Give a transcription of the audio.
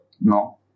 No